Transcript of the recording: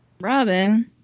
Robin